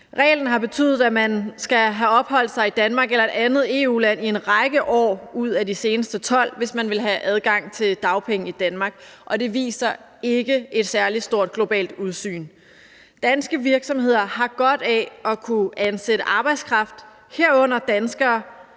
Reglen har betydet, at man skal have opholdt sig i Danmark eller et andet EU-land i en række år ud af de seneste 12 år, hvis man vil have adgang til dagpenge i Danmark, og det viser et ikke særlig stort globalt udsyn. Danske virksomheder har godt af at kunne ansætte arbejdskraft, herunder danskere,